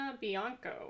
Bianco